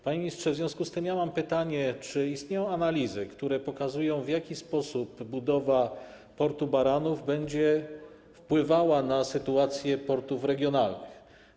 Panie ministrze, w związku z tym mam pytanie: Czy istnieją analizy, które pokazują, w jaki sposób budowa portu w Baranowie będzie wpływała na sytuację innych portów regionalnych?